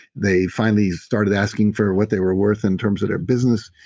they finally started asking for what they were worth in terms of their business.